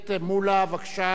בבקשה,